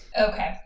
Okay